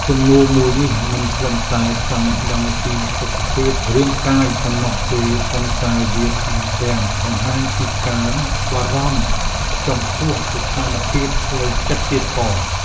សំណួរមួយនេះមិនត្រឹមតែចង់ដឹងពីសុខភាពរាងកាយប៉ុណ្ណោះទេប៉ុន្តែវាថែមទាំងបង្ហាញពីការបារម្ភចំពោះស្ថានភាពផ្លូវចិត្តទៀតផង។